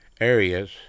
areas